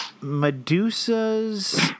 Medusa's